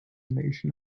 nation